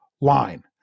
line